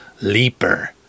Leaper